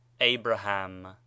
Abraham